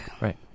Right